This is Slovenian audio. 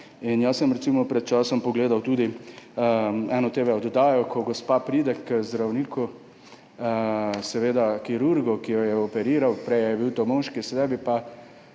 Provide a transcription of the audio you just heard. Jaz sem recimo pred časom pogledal tudi eno TV-oddajo, ko gospa pride k zdravniku, kirurgu, ki jo je operiral, prej je bil to moški, zdaj pa